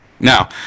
Now